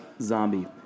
Zombie